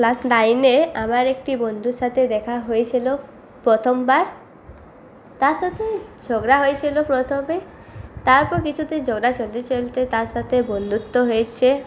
class নাইনে আমার একটি বন্ধুর সাথে দেখা হয়েছিল প্রথমবার তার সাথে ঝগড়া হয়েছিল প্রথমে তারপর কিছুদিন ঝগড়া চলতে চলতে তার সাথে বন্ধুত্ব হয়েছে